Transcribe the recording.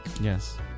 Yes